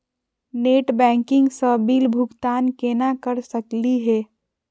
Net banking स bill भुगतान केना कर सकली हे?